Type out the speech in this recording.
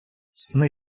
сни